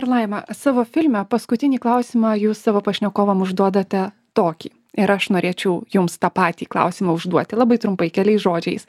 ir laima savo filme paskutinį klausimą jūs savo pašnekovam užduodate tokį ir aš norėčiau jums tą patį klausimą užduoti labai trumpai keliais žodžiais